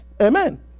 Amen